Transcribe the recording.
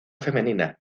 femenina